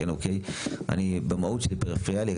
אני במהות שלי פריפריאלי,